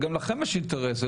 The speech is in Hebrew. גם לכם יש אינטרס.